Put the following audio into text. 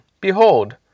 Behold